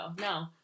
No